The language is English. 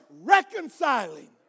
Reconciling